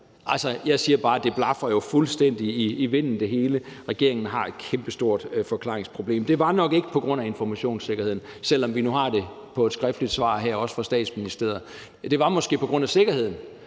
Altså, jeg siger bare, at det blafrer jo fuldstændig i vinden, det hele. Regeringen har et kæmpestort forklaringsproblem. Det var nok ikke på grund af informationssikkerheden, selv om vi nu har det her på et skriftligt svar fra Statsministeriet. Det var måske på grund af sikkerheden;